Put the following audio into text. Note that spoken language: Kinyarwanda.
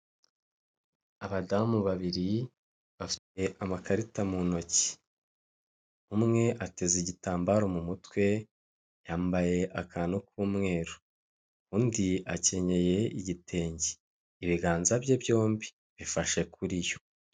Abadamu babiri bafite amakarita mu ntoki, umwe ateze igitambaro mu mutwe yambaye akantu k'umweru, undi akenyeye igitenge, ibiganza bye byombi bifashe kuri yo.